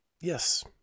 Yes